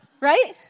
Right